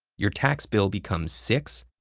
your tax bill becomes six,